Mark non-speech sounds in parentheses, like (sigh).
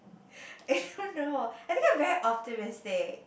(laughs) I don't know I think I'm very optimistic